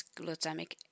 glutamic